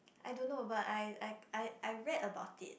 I don't know but I I I I read about it